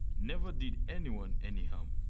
never did anyone any harm.